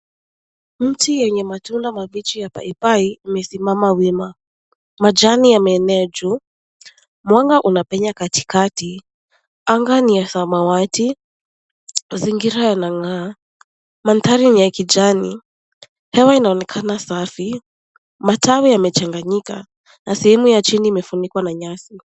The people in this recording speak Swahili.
Mti yenye matunda mabichi ya papai umesimama wima. Majani yameenea juu, mwanga umepenya katikati ,anga ni ya samawati, mazingira yanang'aa. Mandhari ni ya kijani hewa inaonekana safi, matawi yamechanganyika na sehemu ya chini imefunikwa na nyasi.